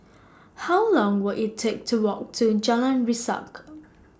How Long Will IT Take to Walk to Jalan Resak